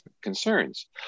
concerns